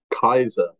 Kaiser